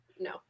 No